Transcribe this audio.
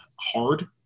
hard